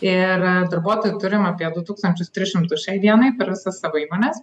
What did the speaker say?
ir darbuotojų turim apie du tūkstančius tris šimtus šiai dienai per visas savo įmones